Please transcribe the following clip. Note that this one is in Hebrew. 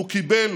הוא קיבל